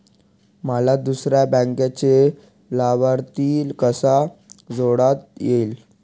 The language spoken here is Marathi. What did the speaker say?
मला दुसऱ्या बँकेचा लाभार्थी कसा जोडता येईल?